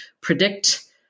predict